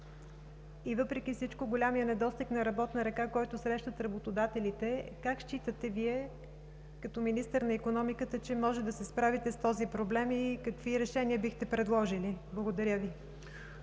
и въпреки всичко големия недостиг на работна ръка, който срещат работодателите, как считате Вие като министър на икономиката, че може да се справите с този проблем и какви решения бихте предложили? Благодаря Ви.